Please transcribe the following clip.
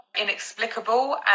inexplicable